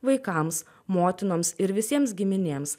vaikams motinoms ir visiems giminėms